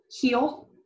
heal